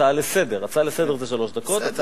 הצעה לסדר זה שלוש דקות.